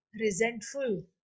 resentful